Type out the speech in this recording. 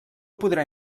podrà